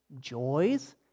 joys